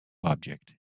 object